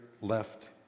left